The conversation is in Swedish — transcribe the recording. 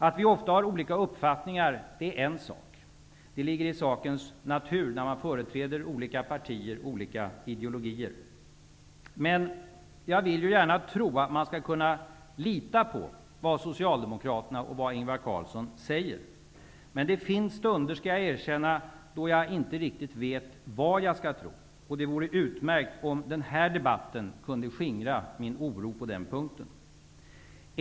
Att vi ofta har olika uppfattningar är en sak. Det ligger i sakens natur när man företräder olika partier och olika ideologier. Men jag vill gärna tro att man skall kunna lita på vad Ingvar Carlsson och Socialdemokraterna säger. Men jag måste erkänna att det finns stunder när jag inte riktigt vet vad jag skall tro. Det vore utmärkt om denna debatt kunde skingra min oro på den punkten.